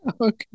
Okay